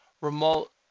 remote